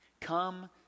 come